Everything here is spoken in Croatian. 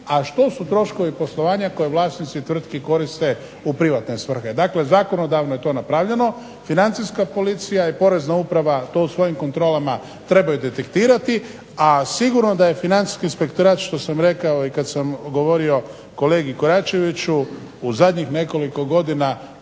a što su troškovi poslovanja koje vlasnici tvrtki koriste u privatne svrhe. Dakle, zakonodavno je to napravljeno. Financijska policija i POrezna uprava to u svojim kontrolama trebaju detektirati. A sigurno da je Financijski inspektorat što sam rekao i kada sam govorio kolegi Koračeviću u zadnjih nekoliko godina